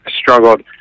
struggled –